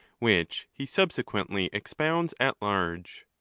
which he subsequently expounds at large.